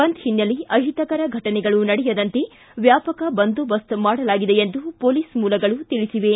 ಬಂದ್ ಹಿನ್ನೆಲೆ ಅಹಿತಕರ ಫಟನೆಗಳು ನಡೆಯದಂತೆ ವ್ಲಾಪಕ ಬಂದೋಬಸ್ತ್ ಮಾಡಲಾಗಿದೆ ಎಂದು ಮೊಲೀಸ್ ಮೂಲಗಳು ತಿಳಿಸಿವೆ